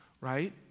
right